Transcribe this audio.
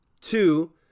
Two